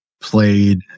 played